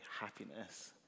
happiness